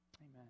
Amen